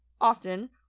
Often